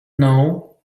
know